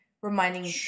Reminding